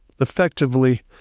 effectively